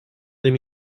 deux